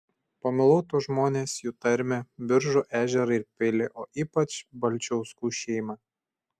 pamilau tuos žmones jų tarmę biržų ežerą ir pilį o ypač balčiauskų šeimą